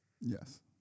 Yes